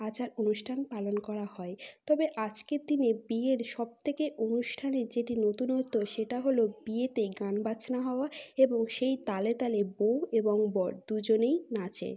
আচার অনুষ্ঠান পালন করা হয় তবে আজকের দিনে বিয়ের সব থেকে অনুষ্ঠানের যেটি নতুনত্ব সেটা হলো বিয়েতে গান বাজনা হওয়া এবং সেই তাহলে তাহলে বউ এবং বর দুজনেই নাচে